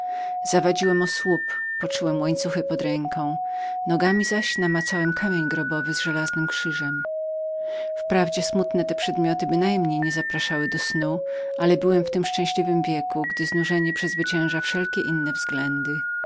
zawadziłem o słup poczułem łańcuchy pod ręką nogami zaś namacałem kamień grobowy z krzyżem wprawdzie smutne te przedmioty bynajmniej nie zapraszały do snu ale byłem w owym szczęśliwym wieku gdzie znużenie przezwycięża wszelkie inne względy